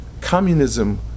Communism